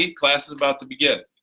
ah class is about to begin.